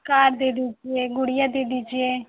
car दे दीजिए एक गुड़िया दे दीजिए